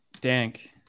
dank